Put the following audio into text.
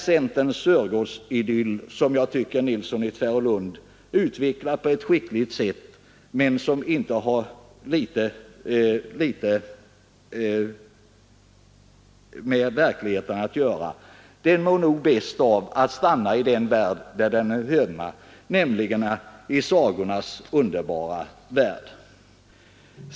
Centerns Sörgårdsidyll, som jag tycker att herr Nilsson i Tvärålund utvecklar på ett skickligt sätt men som inte har mycket med verkligheten att göra, mår nog bäst av att stanna där den hör hemma, nämligen i sagornas underbara värld.